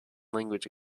language